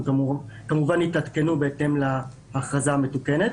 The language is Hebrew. הם כמובן יתעדכנו בהתאם להכרזה המתוקנת,